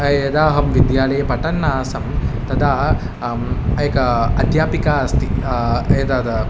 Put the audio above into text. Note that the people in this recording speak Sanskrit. यदा अहं विद्यालये पठन् आसम् तदा एका अध्यापिका अस्ति एतद्